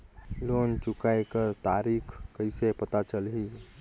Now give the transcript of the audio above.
Loan चुकाय कर तारीक कइसे पता चलही?